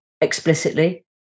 explicitly